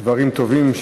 דברים טובים,